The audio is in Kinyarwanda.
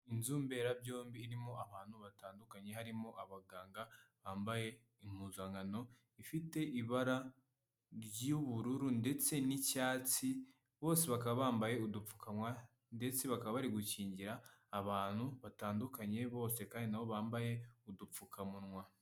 Inzu mbera byombi irimo abantu batandukanye, harimo abaganga bambaye impuzankano ifite ibara ry'ubururu ndetse n'icyatsi, bose bakaba bambaye udupfukawa ndetse bakaba bari gukingira abantu batandukanye bose kandi na bo bambaye udupfukamunwa.